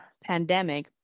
pandemic